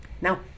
Now